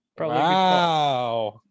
Wow